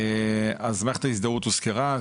מערכת ההזדהות הוזכרה.